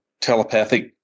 telepathic